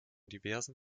diversen